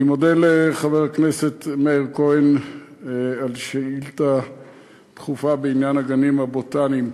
אני מודה לחבר הכנסת מאיר כהן על השאילתה הדחופה בעניין הגנים הבוטניים.